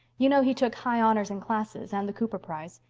you know he took high honors in classics and the cooper prize.